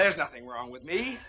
there's nothing wrong with me